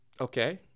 Okay